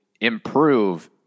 improve